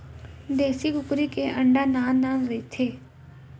देसी कुकरी के अंडा नान नान रहिथे